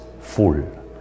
full